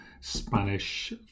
Spanish